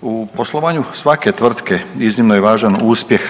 U poslovanju svake tvrtke iznimno je važan uspjeh.